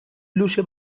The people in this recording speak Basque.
luze